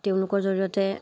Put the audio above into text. তেওঁলোকৰ জৰিয়তে